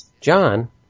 John